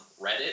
Reddit